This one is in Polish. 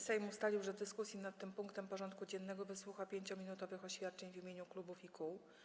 Sejm ustalił, że w dyskusji nad tym punktem porządku dziennego wysłucha 5-minutowych oświadczeń w imieniu klubów i kół.